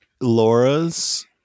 Laura's